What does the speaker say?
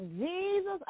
Jesus